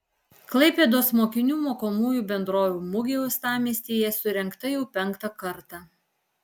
klaipėdos mokinių mokomųjų bendrovių mugė uostamiestyje surengta jau penktą kartą